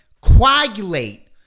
coagulate